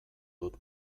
dut